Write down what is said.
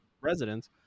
residents